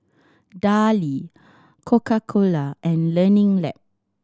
Darlie Coca Cola and Learning Lab